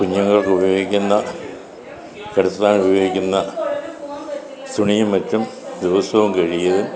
കുഞ്ഞുങ്ങൾക്ക് ഉപയോഗിക്കുന്ന കിടത്താൻ ഉപയോഗിക്കുന്ന തുണിയും മറ്റും ദിവസവും കഴുകിയതു